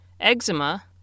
eczema